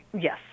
Yes